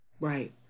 Right